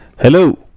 Hello